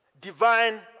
divine